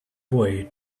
boy